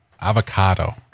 Avocado